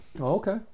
Okay